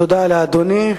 תודה לאדוני.